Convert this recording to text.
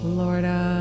Florida